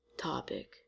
Topic